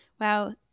Wow